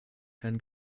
herrn